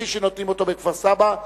כפי שנותנים אותה בכפר-סבא.